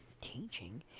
teaching